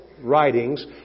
writings